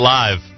live